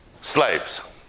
slaves